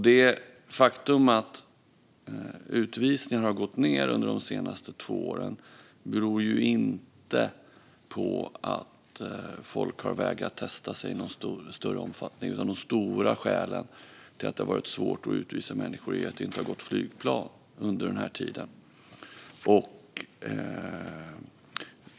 Det faktum att utvisningarna har gått ned under de senaste två åren beror inte på att folk har vägrat testa sig i någon större omfattning, utan det stora skälet till att det har varit svårt att utvisa människor är att det inte har gått flygplan under den här tiden.